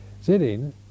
sitting